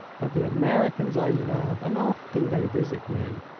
but the americans i love, and often they visit me.